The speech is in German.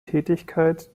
tätigkeit